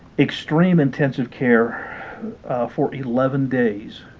extreme intensive care for eleven days